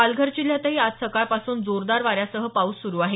पालघर जिल्ह्यातही आज सकाळपासून जोरदार वाऱ्यासह पाऊस सुरु आहे